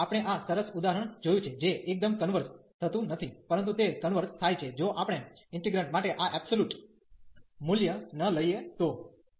અને આપણે આ સરસ ઉદાહરણ જોયું છે જે એકદમ કન્વર્ઝ થતું નથી પરંતુ તે કન્વર્ઝ થાય છે જો આપણે ઇન્ટિગન્ટ માટે આ એબ્સોલ્યુટ મૂલ્ય ન લઈએ તો